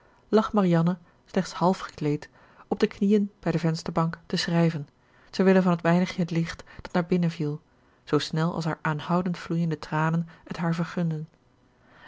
lag marianne slechts half gekleed op de knieën bij de vensterbank te schrijven terwille van het weinigje licht dat naar binnen viel zoo snel als haar aanhoudend vloeiende tranen het haar vergunden